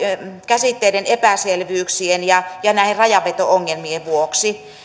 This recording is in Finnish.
käsitteiden epäselvyyksien ja ja näiden rajaveto ongelmien vuoksi